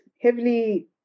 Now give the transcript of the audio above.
heavily